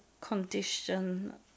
condition